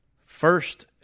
first